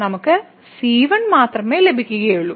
നമുക്ക് c1 മാത്രമേ ലഭിക്കുകയുള്ളൂ